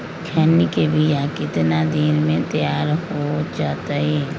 खैनी के बिया कितना दिन मे तैयार हो जताइए?